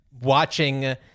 watching